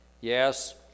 Yes